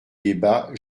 débats